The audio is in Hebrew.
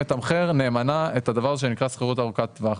מתמחר נאמנה את הדבר הזה שנקרא שכירות ארוכת טווח.